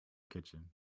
kitchen